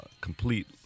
complete